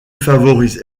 favorise